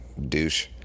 douche